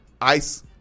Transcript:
ice